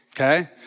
okay